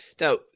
Now